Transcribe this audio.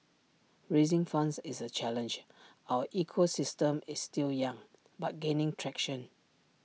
raising funds is A challenge our ecosystem is still young but gaining traction